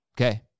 Okay